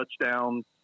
touchdown